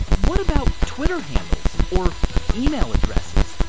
what about twitter handles or email addresses?